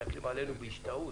מסתכלים שם עלינו בהשתאות.